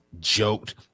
joked